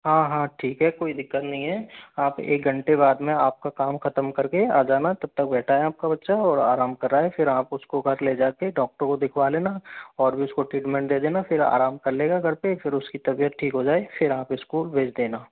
हाँ हाँ ठीक है कोई दिक्कत नहीं है आप एक घंटे बाद में आपका काम खत्म करके आ जाना तब तक बैठा है आपका बच्चा और आराम कर रहा है फिर आप उसको घर ले जाके डॉक्टर को दिखवा लेना और भी उसको ट्रीटमेंट दे देना फिर आराम कर लेगा घर पे फिर उसकी तबियत ठीक हो जाये फिर आप स्कूल भेज देना